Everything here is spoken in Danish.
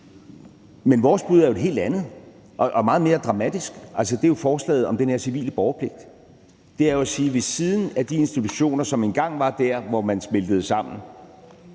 Men vores bud er jo et helt andet og meget mere dramatisk, og det er jo forslaget om den her civile borgerpligt. Det er jo at sige, at ved siden af de institutioner, som engang var dér, hvor man smeltede sammen,